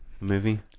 movie